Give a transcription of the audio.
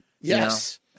Yes